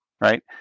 Right